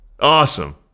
awesome